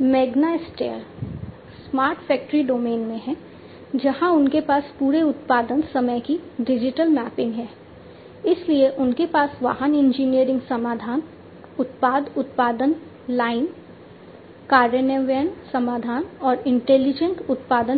Magna Steyr उत्पादन